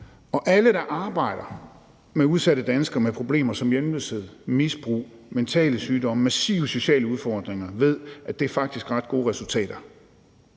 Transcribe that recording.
Og alle, der arbejder med udsatte borgere med problemer som hjemløshed, misbrug, mentale sygdomme og massive sociale udfordringer, ved, at det faktisk er ret gode resultater.